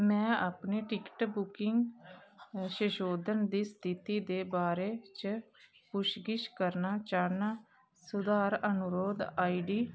में अपने ticket booking संशोधन दी स्थिति दे बारे च पुच्छ गिच्छ करना चाह्न्नां सुधार अनुरोध आई डी